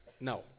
no